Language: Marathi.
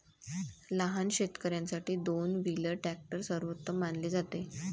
लहान शेतकर्यांसाठी दोन व्हीलर ट्रॅक्टर सर्वोत्तम मानले जाते